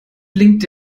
blinkt